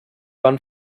van